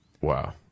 Wow